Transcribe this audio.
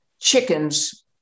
chickens